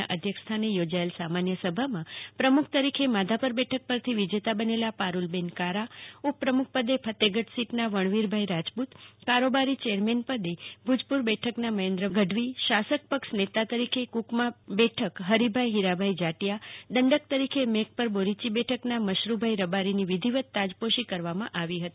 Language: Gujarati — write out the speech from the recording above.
ના અધ્યક્ષ સ્થાને યોજાયેલ સામાન્ય સભામાં પ્રમુખ તરીકે માધાપર બેઠક પરથી વિજેતા બનેલા પારુલબેન કારા ઉપપ્રમુખ પદે ફતેહગઢ સીટના વણવીરભાઈ રાજપૂ ત કારોબારી ચેરમેન પદે ભુજપુર બેઠકના મહેન્દ્રભાઈ ગઢવી શાસક પક્ષ નેતા તરીકે કુકમા બેઠક ફરીભાઈ ફીરાભાઈ જાટિયા અને દંડક તરીકે મેઘપર બોરીયી બેઠકના મશરૂભાઈ રબારીની વિધિવત તાજપોશી કરવામાં આવી હતી